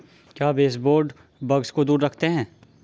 क्या baseboard bugs को दूर रखते हैं?